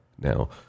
Now